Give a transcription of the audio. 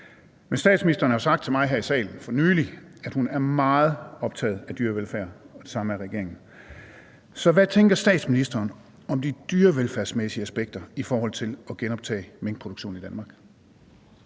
Men statsministeren har sagt til mig her i salen for nylig, at hun er meget optaget af dyrevelfærd, og det samme er regeringen. Så hvad tænker statsministeren om de dyrevelfærdsmæssige aspekter i forhold til at genoptage minkproduktion i Danmark?